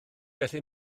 gallu